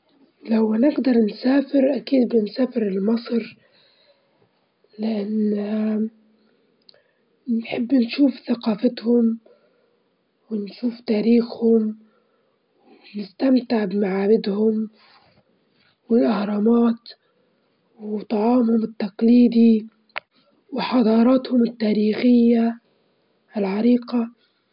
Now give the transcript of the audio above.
أفضل اكتاب جريته كان كتاب عبارة عن التنمية الذاتية، كان يعطيني أفكار جديدة عن كيفية تطوير النفس، أنصح أي شخص حابب يطور نفسه بقراءته يجرا كتاب عن التنمية الذاتية وكيف يطور من نفسه.